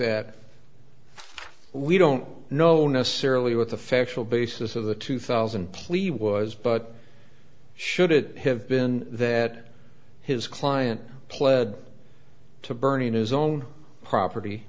that we don't know necessarily what the factual basis of the two thousand plea was but should it have been that his client pled to burning his own property